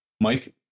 Mike